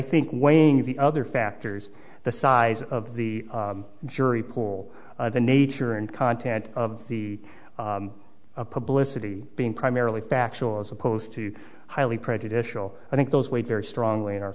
think weighing the other factors the size of the jury pool the nature and content of the publicity being primarily factual as opposed to highly prejudicial i think those weighed very strongly in our